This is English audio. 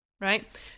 right